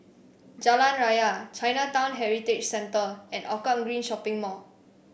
Jalan Raya Chinatown Heritage Centre and Hougang Green Shopping Mall